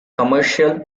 commercial